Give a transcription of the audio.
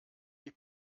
die